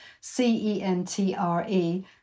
C-E-N-T-R-E